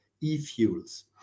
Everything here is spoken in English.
e-fuels